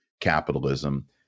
capitalism